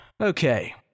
okay